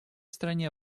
стране